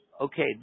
okay